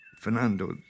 fernando